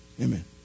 Amen